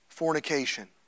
Fornication